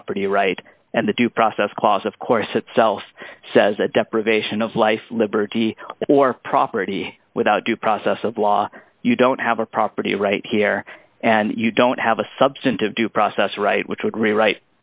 property right and the due process clause of course itself says a deprivation of life liberty or property without due process of law you don't have a property right here and you don't have a substantive due process right which would rewrite